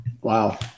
Wow